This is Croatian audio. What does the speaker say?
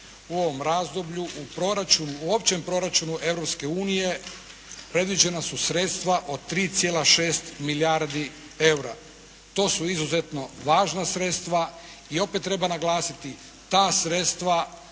u proračunu, u općem proračunu Europske unije predviđena su sredstva od 3,6 milijardi eura. To su izuzetno važna sredstva i opet treba naglasiti ta sredstva